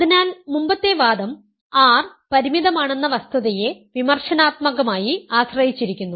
അതിനാൽ മുമ്പത്തെ വാദം R പരിമിതമാണെന്ന വസ്തുതയെ വിമർശനാത്മകമായി ആശ്രയിച്ചിരിക്കുന്നു